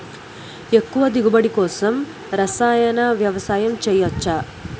ఎక్కువ దిగుబడి కోసం రసాయన వ్యవసాయం చేయచ్చ?